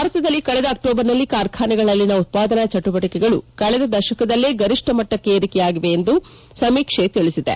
ಭಾರತದಲ್ಲಿ ಕಳೆದ ಅಕ್ಷೋಬರ್ನಲ್ಲಿ ಕಾರ್ಖಾನೆಗಳಲ್ಲಿನ ಉತ್ಪಾದನಾ ಚಟುವಟಿಕೆಗಳು ಕಳೆದ ದಶಕದಲ್ಲೇ ಗರಿಷ್ಠ ಮಟ್ಲಕ್ಷೆ ಏರಿಕೆಯಾಗಿದೆ ಎಂದು ಸಮೀಕ್ಷೆ ತಿಳಿಸಿದೆ